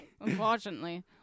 Unfortunately